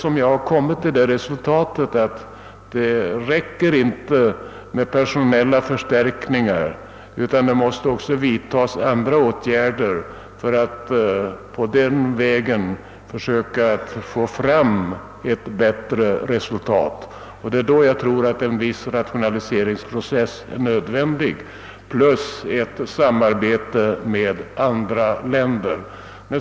Därav har jag dragit slutsatsen, att det inte räcker med personalförstärkningar. Det måste också vidtas andra åtgärder för att försöka åstadkomma ett bättre resultat. Därvidlag förefaller mig en viss rationaliseringsprocess vara nödvändig liksom ett samarbete med andra länder.